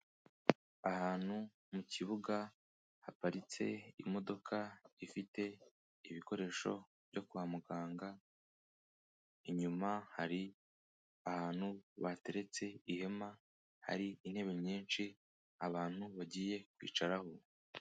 Ahantu mu kibuga haparitse imodoka ifite ibikoresho byo kwa muganga, inyuma hari ahantu bateretse ihema hari intebe nyinshi abantu bagiye kwicyaraho.